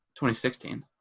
2016